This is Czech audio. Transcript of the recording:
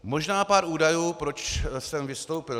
Možná pár údajů, proč jsem vystoupil.